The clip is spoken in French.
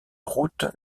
route